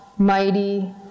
Mighty